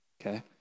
Okay